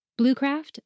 Bluecraft